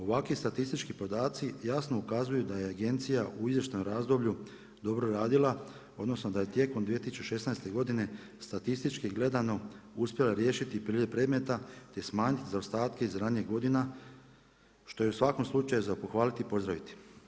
Ovakvi statistički podaci jasno ukazuju da je agencija u izvještajnom razdoblju dobro radila, odnosno da je tijekom 2016. godine statistički gledano uspjela riješiti priljev predmeta, te smanjiti zaostatke iz ranijih godina što je u svakom slučaju za pohvaliti i pozdraviti.